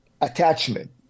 attachment